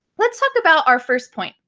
let's talk about our first point.